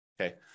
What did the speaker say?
okay